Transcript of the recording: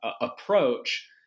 approach